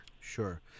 Sure